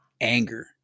anger